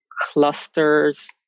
cluster's